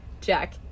Jack